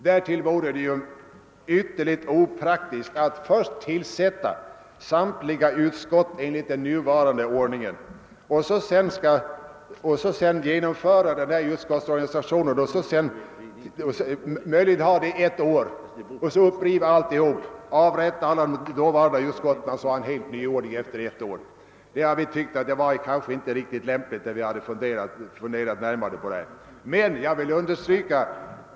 Därtill vore det ytterligt opraktiskt att först tillsätta samtliga utskott enligt den nuvarande ordningen, sedan genomföra denna nya utskottsorganisation, möjligen ha den gamla ett år för att sedan riva upp den och ha en helt ny ordning efter ett år. När vi funderat närmare över saken, tyckte vi inte att detta var riktigt lämpligt.